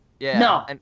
No